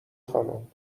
خانم